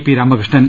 P Rama Krishnan